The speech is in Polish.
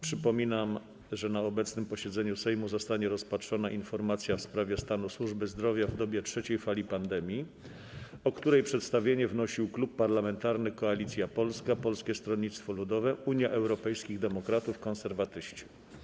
Przypominam, że na obecnym posiedzeniu Sejmu zostanie rozpatrzona informacja w sprawie stanu służby zdrowia w dobie trzeciej fali pandemii, o której przedstawienie wnosił Klub Parlamentarny Koalicja Polska - Polskie Stronnictwo Ludowe, Unia Europejskich Demokratów, Konserwatyści.